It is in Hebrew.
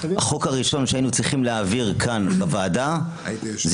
החוק הראשון שהיינו צריכים להעביר כאן בוועדה זה